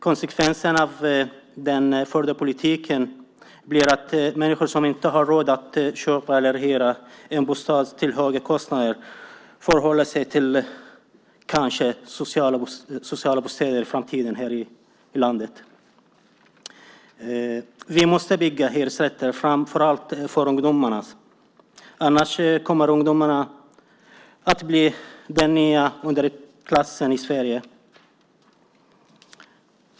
Konsekvensen av den förda politiken blir att människor som inte har råd att köpa eller hyra en bostad till höga kostnader kanske får hålla sig till sociala bostäder i framtiden här i landet. Vi måste bygga hyresrätter, framför allt för ungdomarna, annars kommer de att bli den nya underklassen i Sverige.